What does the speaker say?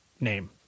name